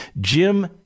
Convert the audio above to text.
Jim